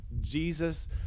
Jesus